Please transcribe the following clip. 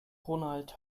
ronald